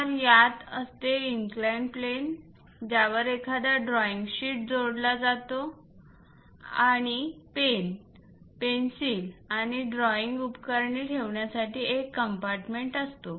तर त्यात असते इन्कलाइन्ड प्लेन ज्यावर एखादा ड्रॉईंग शीट जोडतो आणि पेन पेन्सिल आणि ड्रॉईंग उपकरणे ठेवण्यासाठी एक कम्पार्टमेंट असतो